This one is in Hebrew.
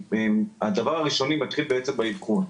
הדבר הראשוני מתחיל בעצם באבחון,